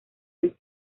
del